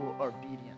obedience